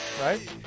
Right